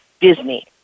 Disney